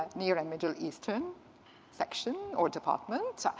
near and middle eastern section or department.